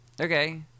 Okay